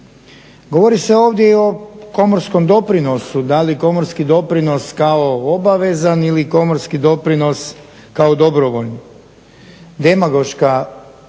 Govori se ovdje i o komorskom doprinosu, da li komorski doprinos kao obavezan ili komorski doprinos kao dobrovoljno. Demagoška